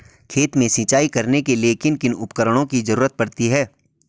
खेत में सिंचाई करने के लिए किन किन उपकरणों की जरूरत पड़ती है?